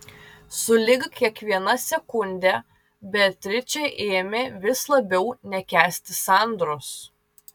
sulig kiekviena sekunde beatričė ėmė vis labiau nekęsti sandros